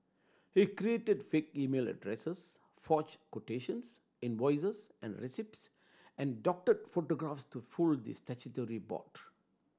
he created fake email addresses forged quotations invoices and receipts and doctored photographs to fool the statutory board